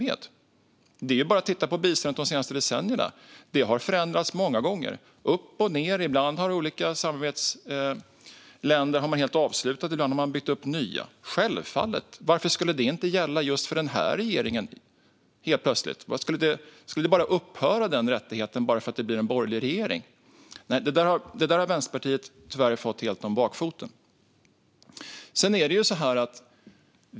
Ser man på biståndet de senaste decennierna har detta förändrats många gånger både upp och ned. Ibland har man helt avslutat samarbeten och ibland byggt upp nya. Varför skulle det inte gälla just denna regering? Ska den rätten plötsligt upphöra bara för att det är en borgerlig regering? Tyvärr har Vänsterpartiet fått detta helt om bakfoten.